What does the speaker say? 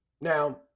Now